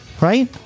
right